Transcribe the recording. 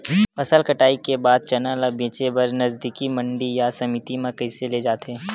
फसल कटाई के बाद चना ला बेचे बर नजदीकी मंडी या समिति मा कइसे ले जाथे?